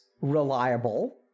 reliable